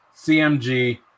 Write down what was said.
CMG